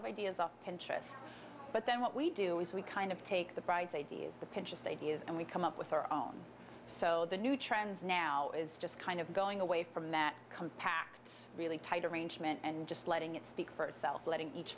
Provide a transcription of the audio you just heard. of ideas off pinterest but then what we do is we kind of take the bright ideas the pinterest ideas and we come up with our own so the new trends now is just kind of going away from that compact really tight arrangement and just letting it speak for itself letting each